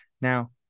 Now